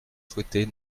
souhaiter